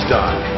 done